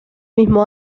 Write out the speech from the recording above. mismo